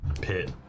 pit